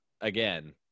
Again